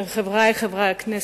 חברי חברי הכנסת,